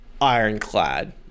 ironclad